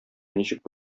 ничек